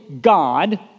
God